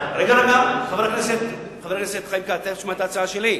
חבר הכנסת חיים כץ, תיכף תשמע את ההצעה שלי.